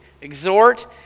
exhort